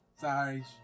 Sorry